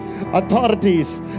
authorities